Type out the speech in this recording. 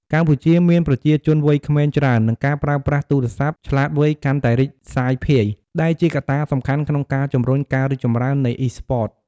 កម្ពុជាមានប្រជាជនវ័យក្មេងច្រើន និងការប្រើប្រាស់ទូរស័ព្ទឆ្លាតវៃកាន់តែរីកសាយភាយ ដែលជាកត្តាសំខាន់ក្នុងការជំរុញការរីកចម្រើននៃ Esports។